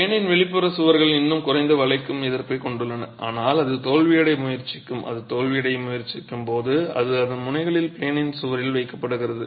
ப்ளேனின் வெளிப்புற சுவர்கள் இன்னும் குறைந்த வளைக்கும் எதிர்ப்பைக் கொண்டுள்ளன ஆனால் அது தோல்வியடைய முயற்சிக்கும் அது தோல்வியடைய முயற்சிக்கும் போது அது அதன் முனைகளில் ப்ளேனின் சுவரில் வைக்கப்படுகிறது